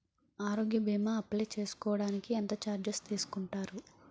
ఆరోగ్య భీమా అప్లయ్ చేసుకోడానికి ఎంత చార్జెస్ తీసుకుంటారు?